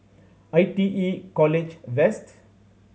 I T E College West